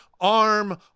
arm